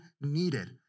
needed